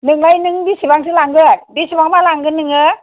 नोंलाय नों बेसेबांथो लांगोन बेसेबांबा लांगोन नोङो